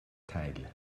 teil